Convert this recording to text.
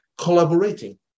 collaborating